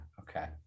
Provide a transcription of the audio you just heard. Okay